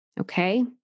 Okay